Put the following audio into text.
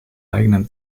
eigenen